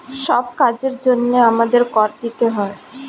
সব কাজের জন্যে আমাদের কর দিতে হয়